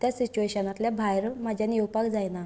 ते सिच्युयेशनांतल्यान भायर म्हज्यानी येवपाक जायना